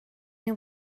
nhw